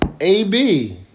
AB